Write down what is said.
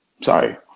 Sorry